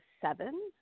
seven